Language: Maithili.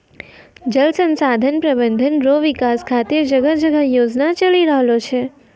जल संसाधन प्रबंधन रो विकास खातीर जगह जगह योजना चलि रहलो छै